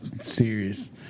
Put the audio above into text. serious